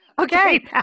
Okay